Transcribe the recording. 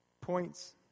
points